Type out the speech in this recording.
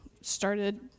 started